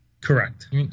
Correct